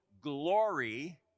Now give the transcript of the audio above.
glory